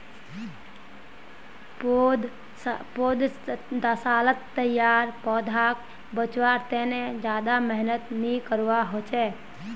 पौधसालात तैयार पौधाक बच्वार तने ज्यादा मेहनत नि करवा होचे